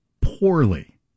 poorly